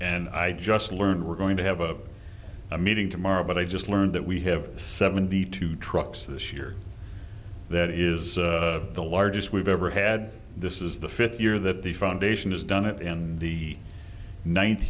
and i just learned we're going to have a meeting tomorrow but i just learned that we have seventy two trucks this year that is the largest we've ever had this is the fifth year that the foundation has done it in the ninth